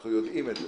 אנחנו יודעים את זה.